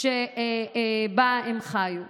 שבה הם חיו.